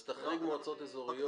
אז תחריג מועצות אזוריות.